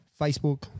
Facebook